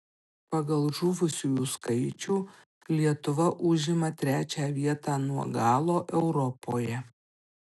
pagal žuvusiųjų skaičių lietuva užima trečią vietą nuo galo europoje